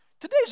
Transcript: today's